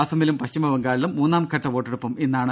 അസമിലും പശ്ചിമ ബംഗാളിലും മൂന്നാംഘട്ട വോട്ടെടുപ്പും ഇന്നാണ്